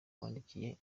wandikiye